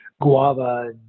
guava